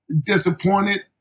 disappointed